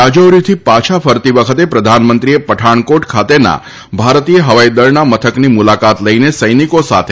રાજૌરીથી પાછા ફરતી વખતે પ્રધાનમંત્રીએ પઠાણકોટ ખાતેના ભારતીય હવાઈદળના મથકની મુલાકાત લઈને સૈનિકો સાથે સંવાદ કર્યો હતો